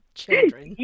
children